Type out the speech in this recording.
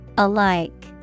Alike